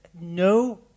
no